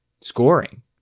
scoring